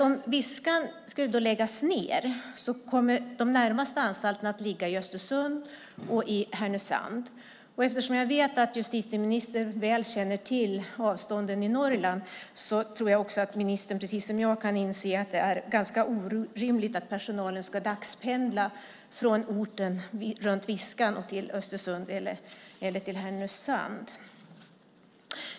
Om Viskan läggs ned kommer de närmaste anstalterna att ligga i Östersund och Härnösand. Jag vet att justitieministern väl känner till avstånden i Norrland. Jag tror också att ministern, precis som jag, kan inse att det är orimligt att personalen ska dagspendla från orten runt Viskan till Östersund eller Härnösand.